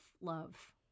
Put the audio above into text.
love